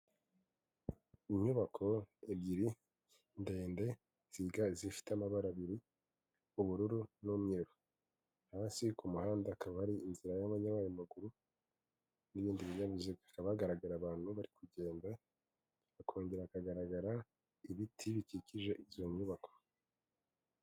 Inyubako ebyiri, ndende zifite amabara abiri, ubururu n'umweru. Hasi ku muhanda hakaba hari inzira y'abanyamaguru n'ibindi binyabiziga. Hakaba hagaragara abantu bari kugenda, hakongera hakagaragara ibiti bikikije izo nyubako.